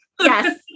Yes